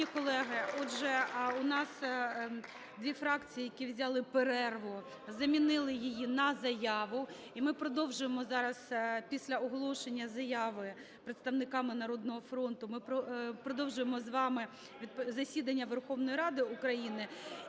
Шановні колеги, отже, у нас дві фракції, які взяли перерву, замінили її на заяву. І ми продовжуємо зараз, після оголошення заяви представниками "Народного фронту", ми продовжуємо зараз засідання Верховної Ради України.